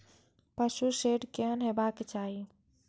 पशु शेड केहन हेबाक चाही?